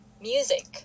music